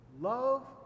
Love